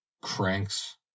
cranks